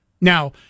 Now